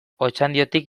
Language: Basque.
otxandiotik